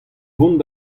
vont